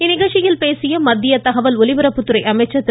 இந்நிகழ்ச்சியில் பேசிய மத்திய தகவல் ஒலிபரப்புத் துறை அமைச்சர் திரு